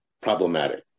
problematic